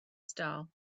style